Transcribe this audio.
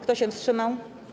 Kto się wstrzymał?